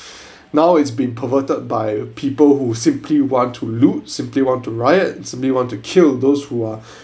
now it's been perverted by people who simply want to loot simply want to riot simply want to kill those who are